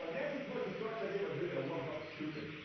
like nancy pelosi starts her day by drinking a warm cup of stupid.